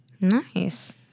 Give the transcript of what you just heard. Nice